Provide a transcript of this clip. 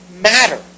matter